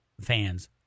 fans